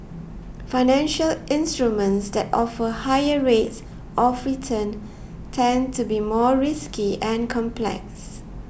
financial instruments that offer higher rates of return tend to be more risky and complex